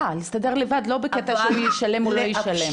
אה להסתדר לבד, לא בקטע שישלם, או לא יישלם.